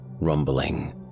rumbling